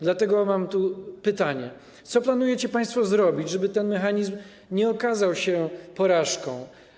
Dlatego mam pytanie: Co planujecie państwo zrobić, żeby ten mechanizm nie okazał się porażką?